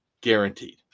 guaranteed